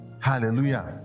hallelujah